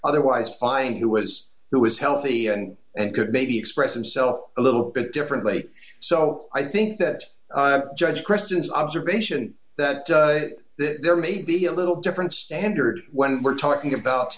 otherwise find who was who is healthy and and good maybe express himself a little bit differently so i think that judge christians observation that there may be a little different standard when we're talking about